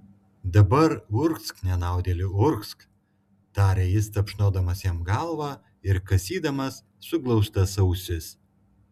dabar urgzk nenaudėli urgzk tarė jis tapšnodamas jam galvą ir kasydamas suglaustas ausis